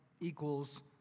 equals